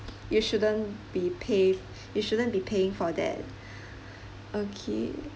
you shouldn't be pay you shouldn't be paying for that okay